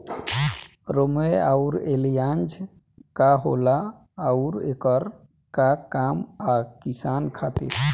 रोम्वे आउर एलियान्ज का होला आउरएकर का काम बा किसान खातिर?